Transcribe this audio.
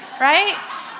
right